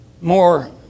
more